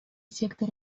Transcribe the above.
сектор